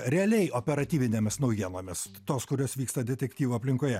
realiai operatyvinėmis naujienomis tos kurios vyksta detektyvų aplinkoje